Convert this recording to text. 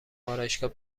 آرایشگاه